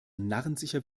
narrensicher